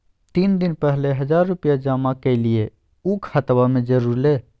तीन दिन पहले हजार रूपा जमा कैलिये, ऊ खतबा में जुरले?